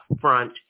front